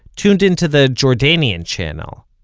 tuned into the jordanian channel,